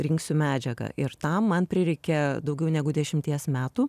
rinksiu medžiagą ir tam man prireikė daugiau negu dešimties metų